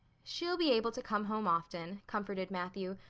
she'll be able to come home often, comforted matthew,